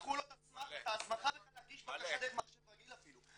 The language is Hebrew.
לקחו לו את ההסמכה בכלל להגיש בקשה דרך מחשב רגיל אפילו.